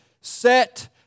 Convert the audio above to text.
set